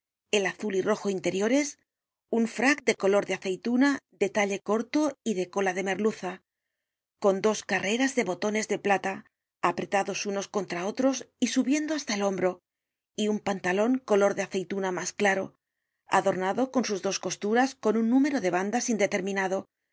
el azul y rojo interiores un frac de color de aceituna de talle corto y de cola de merluza con dos carreras de botones de plata apretados unos contra otros y subiendo hasta el hombro y un pantalon color de aceituna mas claro adornado en sus dos costuras con un número de bandas indeterminado